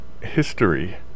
history